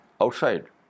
outside